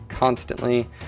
Constantly